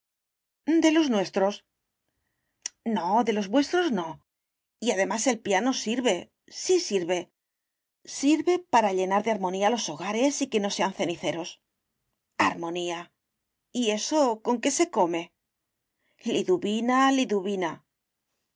de los nuestros no de los vuestros no y además el piano sirve sí sirve sirve para llenar de armonía los hogares y que no sean ceniceros armonía y eso con qué se come